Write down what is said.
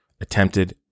attempted